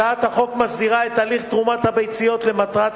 הצעת החוק מסדירה את הליך תרומת הביציות למטרות